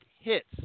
hits